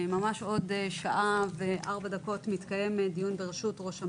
עוד שעה וארבע דקות מתקיים דיון בראשות של